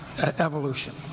evolution